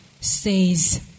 says